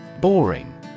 Boring